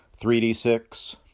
3D6